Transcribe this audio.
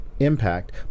impact